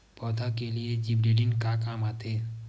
पौधा के लिए जिबरेलीन का काम आथे?